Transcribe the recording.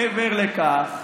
מעבר לכך,